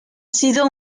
sido